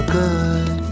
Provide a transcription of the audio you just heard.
good